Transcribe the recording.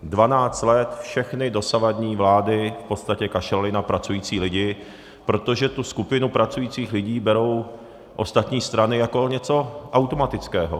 Dvanáct let všechny dosavadní vlády v podstatě kašlaly na pracující lidi, protože tu skupinu pracujících lidí berou ostatní strany jako něco automatického.